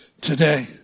today